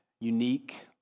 unique